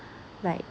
like